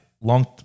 long